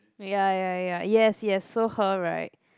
ya ya ya yes yes so her right